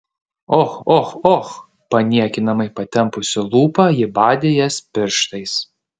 och och och paniekinamai patempusi lūpą ji badė jas pirštais